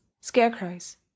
scarecrows